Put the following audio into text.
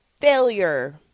failure